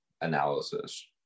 analysis